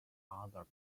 other